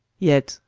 yet,